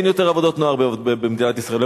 אין יותר עבודות נוער במדינת ישראל,